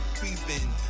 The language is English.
creeping